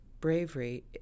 bravery